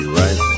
right